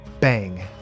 bang